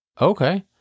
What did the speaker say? Okay